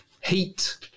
heat